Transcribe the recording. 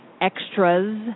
Extras